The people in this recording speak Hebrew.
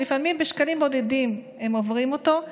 שלפעמים בשקלים בודדים הם עוברים אותו,